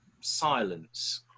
Silence